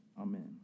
Amen